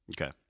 Okay